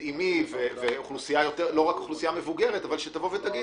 אמי ואוכלוסייה מבוגרת, ולא רק - שתגיד: